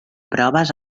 proves